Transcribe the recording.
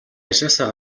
ажлаасаа